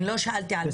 זה